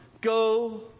Go